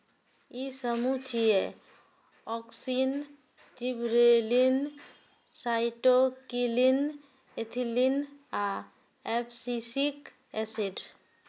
ई समूह छियै, auxin, gibberellin, cytokinin, ethylene आ एब्सिसिक एसिड